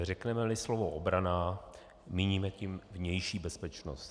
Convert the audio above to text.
Řeknemeli slovo obrana, míníme tím vnější bezpečnost.